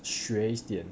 学一点